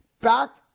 back